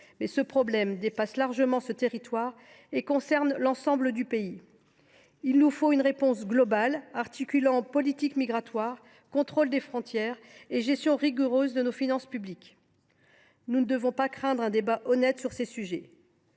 mais la question dépasse largement ce territoire : elle concerne l’ensemble du pays. Il nous faut une réponse globale, articulant politique migratoire, contrôle des frontières et gestion rigoureuse de nos finances publiques. Nous ne devons pas craindre un débat honnête sur ces sujets.